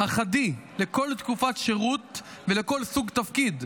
אחדי לכל תקופת שירות ולכל סוג תפקיד,